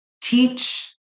teach